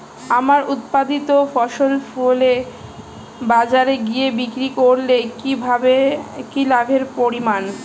আমার উৎপাদিত ফসল ফলে বাজারে গিয়ে বিক্রি করলে কি লাভের পরিমাণ?